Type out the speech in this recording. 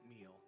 meal